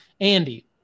Andy